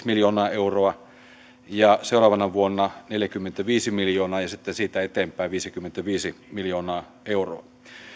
miljoonaa euroa ja seuraava vuonna neljäkymmentäviisi miljoonaa ja sitten siitä eteenpäin viisikymmentäviisi miljoonaa euroa